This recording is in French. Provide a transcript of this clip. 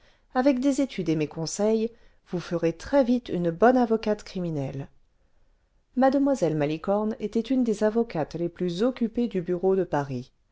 avec des études et mes conseils vous ferez très vite une bonne avocate criminelle mademoiselle malicorne était une des avocates les plus occupées du barreau de paris